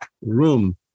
room